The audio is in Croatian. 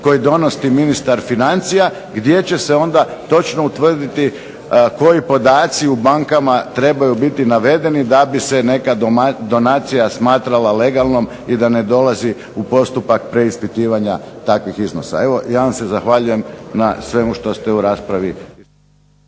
koji donosi ministar financija gdje će se onda točno utvrditi koji podaci u bankama trebaju biti navedeni da bi se neka donacija smatrala legalnom i da ne dolazi u postupak preispitivanja takvih iznosa. Evo, ja vam se zahvaljujem na svemu što ste u raspravi